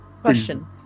Question